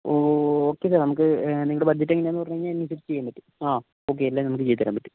ഓ okay sir നമുക്ക് നിങ്ങളുടെ budget എങ്ങനെയാണെന്ന് പറഞ്ഞുകഴിഞ്ഞാൽ അതനുസരിച്ചു ചെയ്യാൻ പറ്റും ആ ഓക്കേ എല്ലാം നമുക്ക് ചെയ്തു തരാൻ പറ്റും